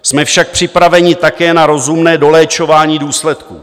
Jsme však připraveni také na rozumné doléčování důsledků.